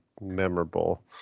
memorable